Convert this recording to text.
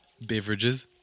beverages